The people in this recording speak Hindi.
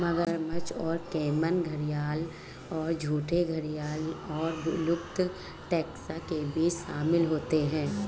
मगरमच्छ और कैमन घड़ियाल और झूठे घड़ियाल अन्य विलुप्त टैक्सा के बीच शामिल होते हैं